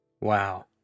Wow